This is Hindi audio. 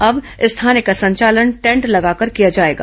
अब इस थाने का संचालन टेन्ट लगाकर किया जाएगा